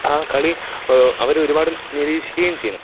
ആ കളി അവർ ഒരുപാട് നിരീക്ഷിക്കുകയും ചെയ്യുന്നു